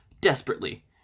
Desperately